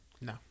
No